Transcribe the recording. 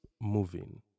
moving